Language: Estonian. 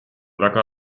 väga